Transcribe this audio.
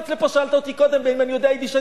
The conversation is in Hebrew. שאלת אותי קודם אם אני יודע יידיש.